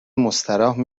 مستراح